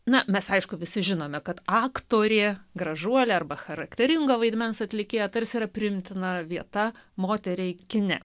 na mes aišku visi žinome kad aktorė gražuolė arba charakteringa vaidmens atlikėja tarsi yra priimtina vieta moteriai kine